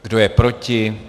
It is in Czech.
Kdo je proti?